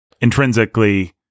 intrinsically